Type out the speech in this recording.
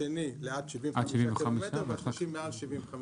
השני- לעד 75 קילומטר והשלישי מעל 75 קילומטר,